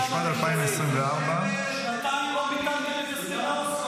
התשפ"ד 2024. הצבעה.